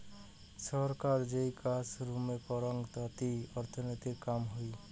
ছরকার যেই কাজা বুরুম করং তাতি অর্থনীতির কাম হই